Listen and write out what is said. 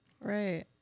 Right